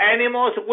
Animals